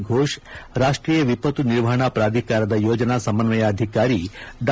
ಫೋಷ್ ರಾಷ್ಷೀಯ ವಿಪತ್ತು ನಿರ್ವಹಣಾ ಪ್ರಾಧಿಕಾರದ ಯೋಜನಾ ಸಮನ್ವಯ ಅಧಿಕಾರಿ ಡಾ